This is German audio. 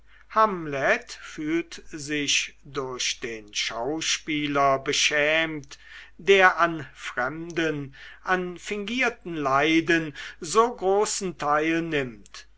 fühlt sich durch den schauspieler beschämt der an fremden an fingierten leiden so großen teil